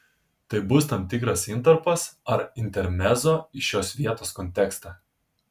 tai bus tam tikras intarpas ar intermezzo į šios vietos kontekstą